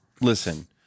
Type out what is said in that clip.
Listen